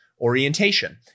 orientation